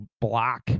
block